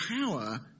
power